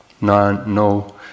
no